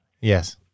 Yes